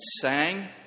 sang